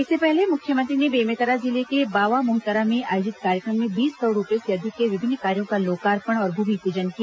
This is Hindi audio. इससे पहले मुख्यमंत्री ने बेमेतरा जिले के बावामोहतरा में आयोजित कार्यक्रम में बीस करोड़ रूपये से अधिक के विभिन्न कार्यो का लोकार्पण और भूमिपूजन किया